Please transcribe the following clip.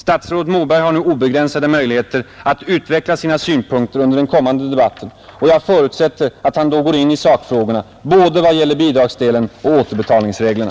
Statsrådet Moberg har nu obegränsade möjligheter att utveckla sina synpunkter under den kommande debatten, och jag förutsätter att han då går in i sakfrågorna vad gäller både bidragsdelen och återbetalningsreglerna,